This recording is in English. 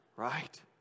right